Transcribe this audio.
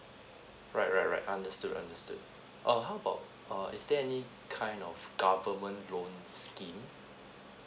right right right understood understood uh how about err is there any kind of government loan scheme